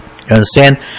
understand